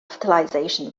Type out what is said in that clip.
fertilization